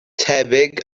tebyg